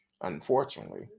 unfortunately